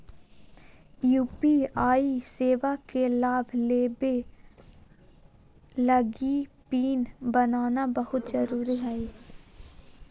UPI सेवा के लाभ लेबे लगी पिन बनाना बहुत जरुरी हइ